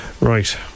right